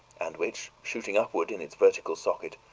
and which, shooting upward in its vertical socket,